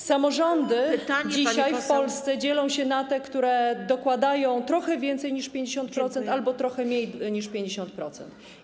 Samorządy w Polsce dzielą się dzisiaj na te, które dokładają trochę więcej niż 50% albo trochę mniej niż 50%.